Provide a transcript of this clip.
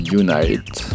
unite